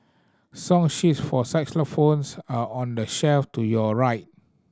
song sheets for xylophones are on the shelf to your right